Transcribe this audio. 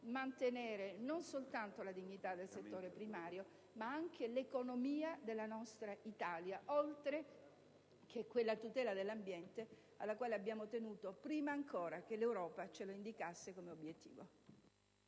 mantenere non soltanto la dignità del settore primario, ma anche l'economia della nostra Italia, oltre che quella tutela dell'ambiente alla quale abbiamo tenuto prima ancora che l'Europa ce la indicasse come obiettivo.